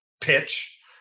pitch